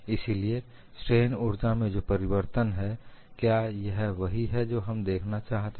इसलिए स्ट्रेन ऊर्जा में जो परिवर्तन है क्या यह वही है जो हम देखना चाहते हैं